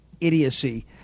idiocy